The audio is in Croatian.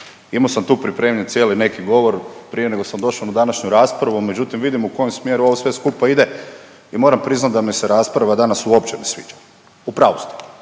imo sam tu pripremljen cijeli neki govor prije nego što sam došo na današnju raspravu, međutim vidim u kojem smjeru ovo sve skupa ide i moram priznati da mi se rasprava danas uopće ne sviđa. U pravu ste,